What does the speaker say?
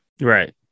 right